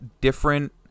different